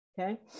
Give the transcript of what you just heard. okay